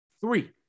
Three